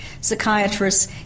psychiatrists